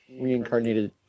reincarnated